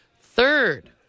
Third